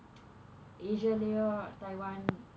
asia taiwan